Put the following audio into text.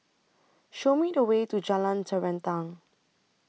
Show Me The Way to Jalan Terentang